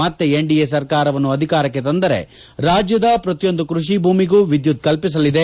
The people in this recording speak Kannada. ಮತ್ತೆ ಎನ್ಡಿಎ ಸರ್ಕಾರವನ್ನು ಅಧಿಕಾರಕ್ಕೆ ತಂದರೆ ರಾಜ್ಯದ ಪ್ರತಿಯೊಂದು ಕೃಷಿ ಭೂಮಿಗೂ ವಿದ್ಯುತ್ ಕಲ್ಸಿಸಲಿದೆ